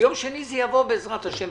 ביום שני זה יעבור בעזרת השם,